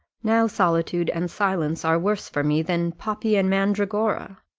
now solitude and silence are worse for me than poppy and mandragora.